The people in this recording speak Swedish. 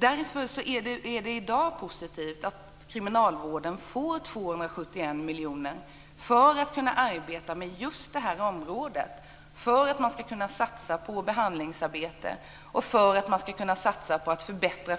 Därför är det i dag positivt att kriminalvården får 271 miljoner för att kunna arbeta med just det här området - för att kunna satsa på behandlingsarbete, för att kunna satsa på att förbättra